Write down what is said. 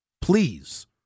Please